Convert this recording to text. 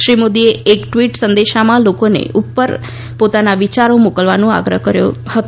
શ્રી મોદીએ એક ટ્વીટ સંદેશામાં લોકોને ઉપર પોતાના વિયારો મોકલવાનું આગ્રહ કર્યો છે